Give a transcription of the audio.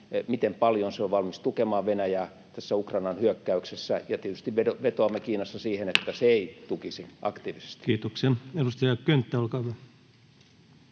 miten paljon se on valmis tukemaan Venäjää tässä Ukrainan hyökkäyksessä, ja tietysti vetoamme Kiinaan siinä, että se ei tukisi aktiivisesti. Kiitoksia. — Edustaja Könttä, olkaa hyvä.